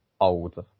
older